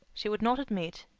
she would not admit,